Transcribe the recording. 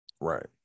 right